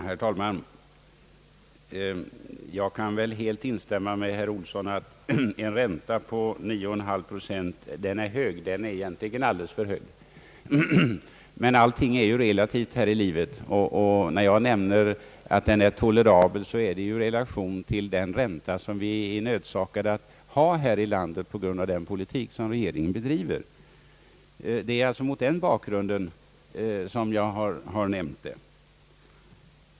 Herr talman! Jag kan helt instämma med herr Olsson att en ränta på 9,5 procent är hög. Den är egentligen alldeles för hög, men allting är ju relativt här i livet. När jag här säger att denna ränta är tolerabel ställer jag den i relation till den ränta som vi är nödsakade att ha här i landet på grund av den politik som regeringen bedriver. Det är alltså mot den bakgrunden jag har gjort min invändning.